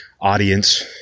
audience